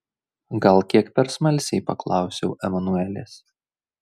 gal kiek per smalsiai paklausiau emanuelės